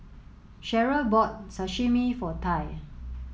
Cherryl bought Sashimi for Ty